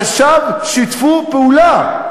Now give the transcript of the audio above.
אנשיו שיתפו פעולה.